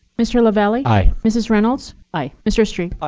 mr. lavalley, aye. mrs. reynolds. aye. mr. strebe. aye.